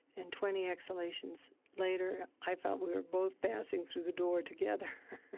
and twenty exhalations later, i felt we were both passing through the door together